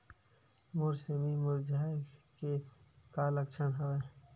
मोर सेमी मुरझाये के का लक्षण हवय?